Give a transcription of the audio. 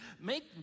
Make